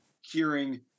hearing